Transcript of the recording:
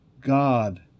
God